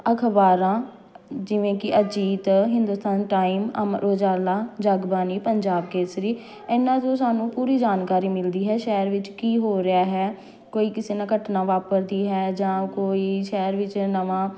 ਅਖਬਾਰਾਂ ਜਿਵੇਂ ਕਿ ਅਜੀਤ ਹਿੰਦੁਸਤਾਨ ਟਾਈਮ ਅਮਰ ਉਜਾਲਾ ਜੱਗਬਾਣੀ ਪੰਜਾਬ ਕੇਸਰੀ ਇਹਨਾਂ ਚੋਂ ਸਾਨੂੰ ਪੂਰੀ ਜਾਣਕਾਰੀ ਮਿਲਦੀ ਹੈ ਸ਼ਹਿਰ ਵਿੱਚ ਕੀ ਹੋ ਰਿਹਾ ਹੈ ਕੋਈ ਕਿਸੇ ਨਾਲ ਘਟਨਾ ਵਾਪਰਦੀ ਹੈ ਜਾਂ ਕੋਈ ਸ਼ਹਿਰ ਵਿੱਚ ਨਵਾਂ